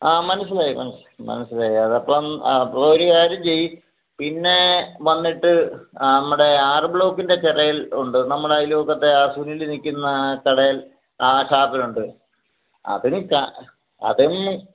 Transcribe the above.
ആ മനസ്സിലായി മന മനസ്സിലായി അത് അപ്പം ഒരു കാര്യം ചെയ്യ് പിന്നേ വന്നിട്ട് നമ്മുടെ ആര് ബ്ലോക്കിന്റെ ചിറയില് ഉണ്ട് നമ്മുടെ അയൽവക്കത്തെ ആ സുനിൽ നിൽക്കുന്ന ആ കടയില് ആ ഷോപ്പിലുണ്ട് അതിന് കാ അതൊന്നും